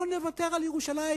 לא נוותר על ירושלים,